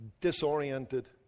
disoriented